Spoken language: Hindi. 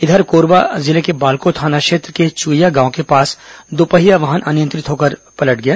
इधर कोरबा जिले के बाल्को थाना क्षेत्र के चुईया के पास दुपहिया वाहन अनियंत्रित होकर पलट गई